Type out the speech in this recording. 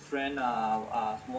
hmm